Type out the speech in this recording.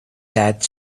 that